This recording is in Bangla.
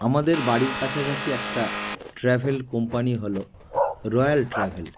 আমাদের বাড়ির কাছাকাছি একটা ট্র্যাভেল কোম্পানি হলো রয়্যাল ট্র্যাভেল